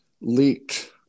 leaked